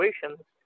situations